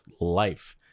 life